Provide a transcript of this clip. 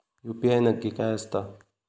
UPI नक्की काय आसता?